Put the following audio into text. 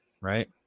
right